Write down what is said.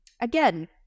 again